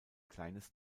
kleines